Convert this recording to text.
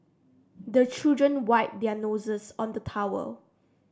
the children wipe their noses on the towel